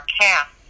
cast